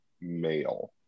male